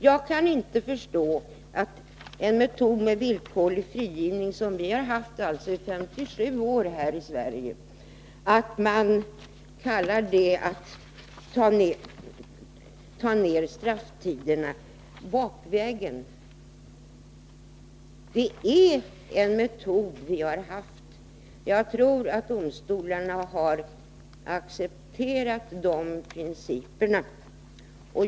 Jag kan inte förstå att en metod med villkorlig frigivning, som vi haft i 57 år här i Sverige, kan kallas att man tar ner strafftiderna bakvägen. Det är en metod vi har haft, och jag tror att domstolarna har accepterat dess principer.